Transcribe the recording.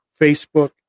Facebook